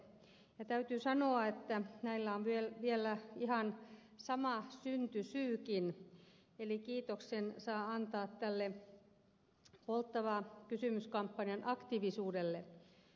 ja täytyy sanoa että näillä on vielä ihan sama syntysyykin eli kiitoksen saa antaa tälle polttava kysymys kampanjan aktiivisuudelle